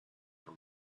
for